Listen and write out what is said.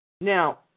Now